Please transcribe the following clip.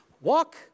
Walk